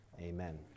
Amen